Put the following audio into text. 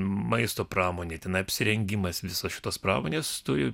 maisto pramonei ten apsirengimas visos šitos pramonės turi